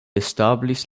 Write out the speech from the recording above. establis